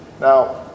Now